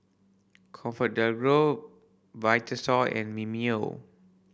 ComfortDelGro Vitasoy and Mimeo